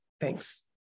Thanks